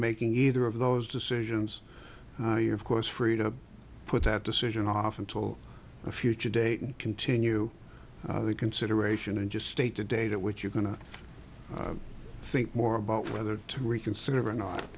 making either of those decisions you of course free to put that decision off until a future date and continue the consideration and just state the date at which you're going to think more about whether to reconsider or not